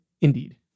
Indeed